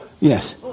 Yes